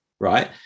right